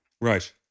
Right